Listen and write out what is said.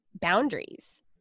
boundaries